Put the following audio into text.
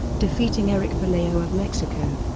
defeating erick vallejo of mexico.